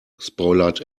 spoilert